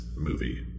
Movie